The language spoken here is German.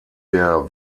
der